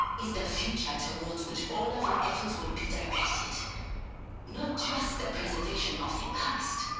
is the future towards which all of our efforts will be directed not just the preservation of the past.